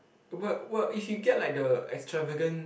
but what if she get like the extravagant